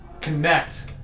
connect